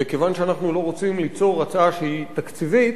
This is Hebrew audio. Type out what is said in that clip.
וכיוון שאנחנו לא רוצים ליצור הצעה שהיא תקציבית,